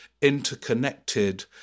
interconnected